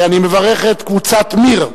אני מברך את קבוצת מי"ר,